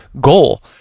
goal